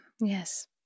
Yes